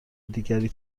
دیگری